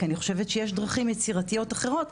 כי אני חושבת שיש דרכים יצירתיות אחרות,